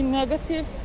negative